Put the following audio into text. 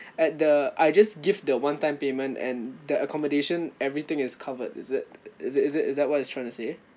at the I just give the one time payment and the accommodation everything is covered is it is it is it is that what it's trying to say